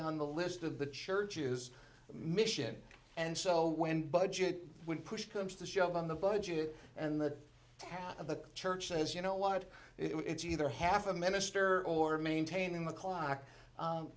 on the list of the church's mission and so when budget when push comes to shove on the budget and the tab of the churches you know what it is either half a minister or maintaining the clock